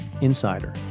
insider